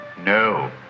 No